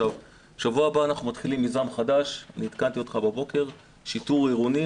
בשבוע הבא נתחיל מיזם חדש עדכנתי אותך בבוקר של שיטור עירוני.